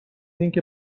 اینکه